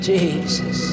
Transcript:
Jesus